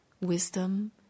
Wisdom